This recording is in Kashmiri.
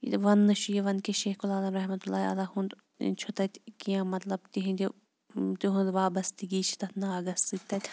یہِ وَنٛنہٕ چھُ یِوان کہِ شیخُ العالم رحمتہ اللہ علیہ ہُنٛد چھُ تَتہِ کیٚنٛہہ مطلب تِہِنٛدِ تِہُنٛد وابَستہ گی چھِ تَتھ ناگَس سۭتۍ تَتہِ